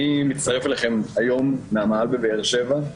אני מצטרף אליכם היום מהמאהל בבאר שבע.